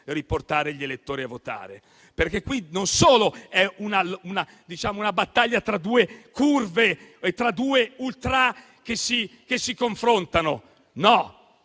riportare gli elettori a votare, perché qui non è solo una battaglia tra due curve, tra due ultrà che si confrontano. No: